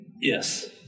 Yes